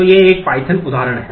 तो यह एक Python उदाहरण है